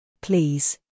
Please